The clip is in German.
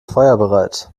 feuerbereit